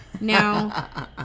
Now